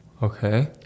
Okay